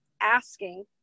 asking